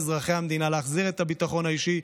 אזרחי המדינה להחזיר את הביטחון האישי.